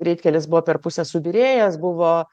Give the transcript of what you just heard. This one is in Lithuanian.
greitkelis buvo per pusę subyrėjęs buvo